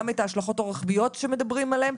גם את ההשלכות הרוחביות שמדברים עליהן,